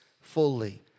fully